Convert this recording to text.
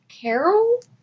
Carol